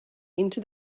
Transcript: into